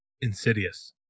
Insidious